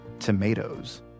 Tomatoes